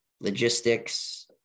logistics